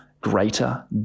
greater